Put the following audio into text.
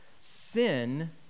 sin